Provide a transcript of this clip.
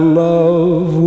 love